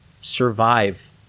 survive